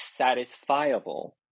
satisfiable